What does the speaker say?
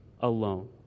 alone